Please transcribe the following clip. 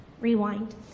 rewind